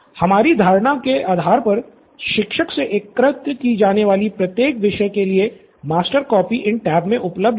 हमारी धारणा के आधार पर शिक्षक से एकत्र की जाने वाली प्रत्येक विषय के लिए मास्टर कॉपी इन टैब में उपलब्ध होगी